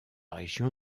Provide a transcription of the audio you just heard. région